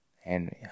Henry